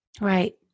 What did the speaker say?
Right